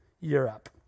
Europe